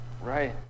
right